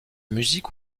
musiques